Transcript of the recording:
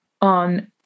on